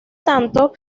tanto